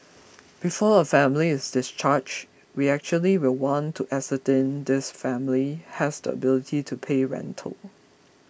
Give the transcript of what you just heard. before a family is discharged we actually will want to ascertain this family has the ability to pay rental